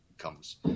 Comes